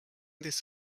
this